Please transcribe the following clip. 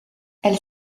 elle